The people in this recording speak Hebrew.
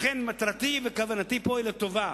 לכן, מטרתי וכוונתי פה הן לטובה.